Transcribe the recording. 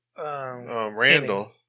Randall